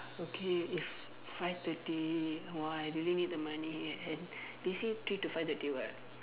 okay if five thirty !wah! I really need the money and they say three to five thirty what